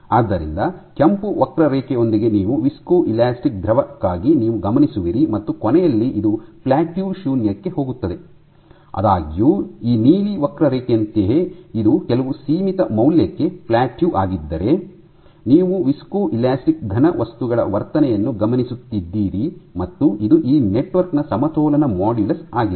ಆದ್ದರಿಂದ ಕೆಂಪು ವಕ್ರರೇಖೆಯೊಂದಿಗೆ ನೀವು ವಿಸ್ಕೋಎಲಾಸ್ಟಿಕ್ ದ್ರವಕ್ಕಾಗಿ ನೀವು ಗಮನಿಸುವಿರಿ ಮತ್ತು ಕೊನೆಯಲ್ಲಿ ಇದು ಪ್ಲಾಟ್ಟ್ಯೂ ಶೂನ್ಯಕ್ಕೆ ಹೋಗುತ್ತದೆ ಆದಾಗ್ಯೂ ಈ ನೀಲಿ ವಕ್ರರೇಖೆಯಂತೆಯೇ ಇದು ಕೆಲವು ಸೀಮಿತ ಮೌಲ್ಯಕ್ಕೆ ಪ್ಲಾಟ್ಟ್ಯೂ ಆಗಿದ್ದರೆ ನೀವು ವಿಸ್ಕೋಎಲಾಸ್ಟಿಕ್ ಘನವಸ್ತುಗಳ ವರ್ತನೆಯನ್ನು ಗಮನಿಸುತ್ತಿದ್ದೀರಿ ಮತ್ತು ಇದು ಈ ನೆಟ್ವರ್ಕ್ ನ ಸಮತೋಲನ ಮಾಡ್ಯುಲಸ್ ಆಗಿದೆ